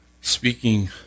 speaking